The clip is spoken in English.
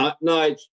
No